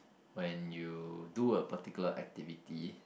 when you do a particular activity